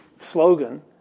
slogan